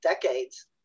decades